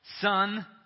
Son